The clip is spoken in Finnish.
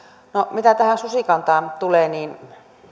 mitä tähän susikantaan tulee niin